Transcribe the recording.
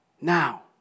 Now